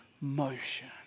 motion